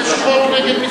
יש חוק נגד מיסיונריות.